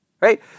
right